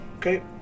Okay